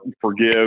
forgive